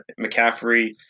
McCaffrey